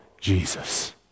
Jesus